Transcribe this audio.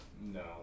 No